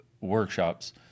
workshops